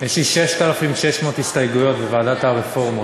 יש לי 6,600 הסתייגויות בוועדת הרפורמות.